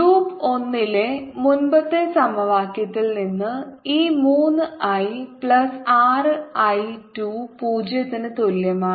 loop ഒന്നിലെ മുമ്പത്തെ സമവാക്യത്തിൽ നിന്ന് ഈ 3 I പ്ലസ് R I 2 0 ന് തുല്യമാണ്